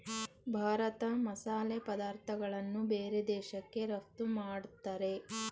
ಭಾರತ ಮಸಾಲೆ ಪದಾರ್ಥಗಳನ್ನು ಬೇರೆ ದೇಶಕ್ಕೆ ರಫ್ತು ಮಾಡತ್ತರೆ